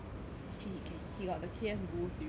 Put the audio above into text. actually he can he got the K_S bull series also